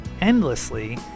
endlessly